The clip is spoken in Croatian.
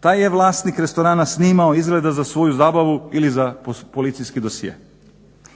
Taj je vlasnik restorana snimao izgleda za svoju zabavu, ili za policijskih dosje.